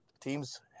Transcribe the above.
teams